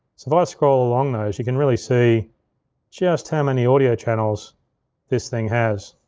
so if i scroll along those, you can really see just how many audio channels this thing has.